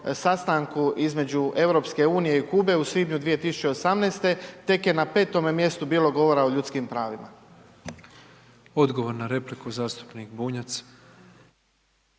sastanku između EU i Kube u svibnju 2018. tek je na petome mjestu bilo govora o ljudskim pravima. **Petrov, Božo (MOST)** Odgovor na repliku, zastupnik Bunjac.